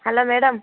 hello madam